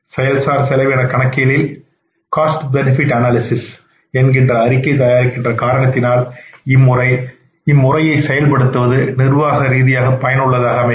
செயல்சார் செலவின கணக்கியலில் இவ்வகை காஸ்ட் பெனெஃபிட் அனாலிஸஸ் தயாரிக்கின்ற காரணத்தினால் இம்முறையை செயல்படுத்துவது நிர்வாக ரீதியாக பயனுள்ளதாக அமைகிறது